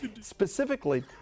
specifically